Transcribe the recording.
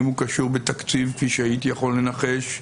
אם הוא קשור בתקציב, כפי שהייתי יכול לנחש,